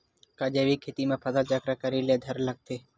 का जैविक खेती म फसल चक्र करे ल लगथे?